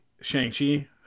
Shang-Chi